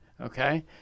Okay